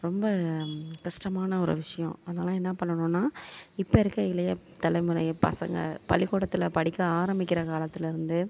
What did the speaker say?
ரொம்ப கஷ்டமான ஒரு விஷயோம் அதனால் என்ன பண்ணணும்னா இப்போ இருக்கற இளைய தலைமுறை பசங்க பள்ளிக்கூடத்தில் படிக்க ஆரம்மிக்கிற காலத்தில் இருந்து